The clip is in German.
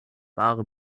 wahre